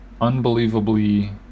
unbelievably